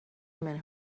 women